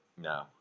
No